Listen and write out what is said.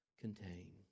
contain